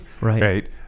Right